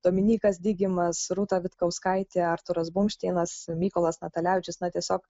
dominykas digimas rūta vitkauskaitė artūras bumšteinas mykolas natalevičius na tiesiog